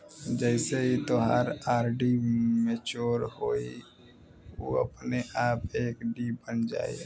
जइसे ही तोहार आर.डी मच्योर होइ उ अपने आप एफ.डी बन जाइ